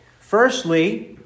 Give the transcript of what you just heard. Firstly